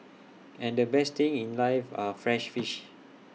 and the best things in life are free fish